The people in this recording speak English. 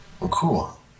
cool